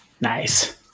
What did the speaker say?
Nice